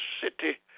city